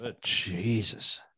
Jesus